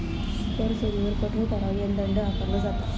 कर चोरीवर कठोर कारवाई आणि दंड आकारलो जाता